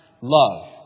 love